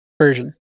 version